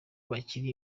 bakiri